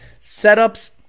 Setups